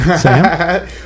Sam